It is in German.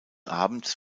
abends